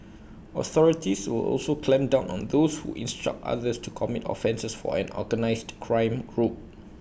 authorities will also clamp down on those who instruct others to commit offences for an organised crime group